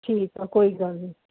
ਠੀਕ ਆ ਕੋਈ ਗੱਲ ਨਹੀਂ